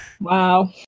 Wow